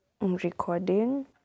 recording